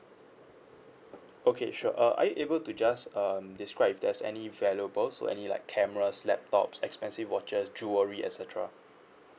okay sure uh are you able to just um describe if there's any valuables so any like cameras laptops expensive watches jewelry et cetera